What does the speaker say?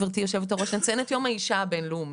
גברתי יושבת הראש אנחנו נציין את יום האישה הבינלאומי